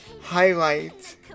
highlight